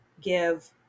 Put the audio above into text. give